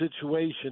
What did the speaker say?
situation